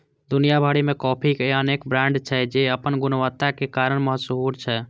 दुनिया भरि मे कॉफी के अनेक ब्रांड छै, जे अपन गुणवत्ताक कारण मशहूर छै